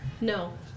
No